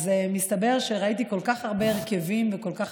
אז מסתבר שראיתי כל כך הרבה הרכבים וכל כך